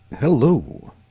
Hello